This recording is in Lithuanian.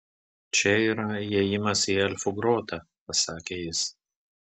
čia yra įėjimas į elfų grotą pasakė jis